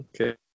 okay